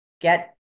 get